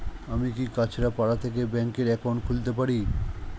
আমি কি কাছরাপাড়া থেকে ব্যাংকের একাউন্ট খুলতে পারি?